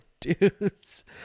dudes